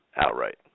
outright